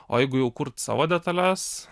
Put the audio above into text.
o jeigu jau kurt savo detales